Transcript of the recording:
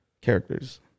characters